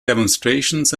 demonstrations